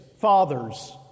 father's